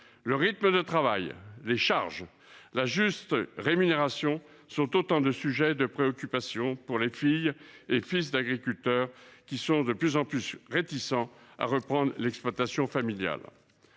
Le rythme de travail, les charges et la juste rémunération sont autant de sujets de préoccupation pour les filles et fils d’agriculteurs, qui sont de plus en plus réticents à reprendre l’exploitation familiale.